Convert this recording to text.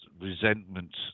resentment